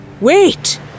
Wait